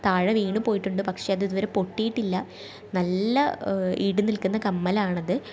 താഴെ വീണു പോയിട്ടുണ്ട് പക്ഷെ അത് ഇതു വരെ പൊട്ടിയിട്ടില്ല നല്ല ഈട് നിൽക്കുന്ന കമ്മലാണത്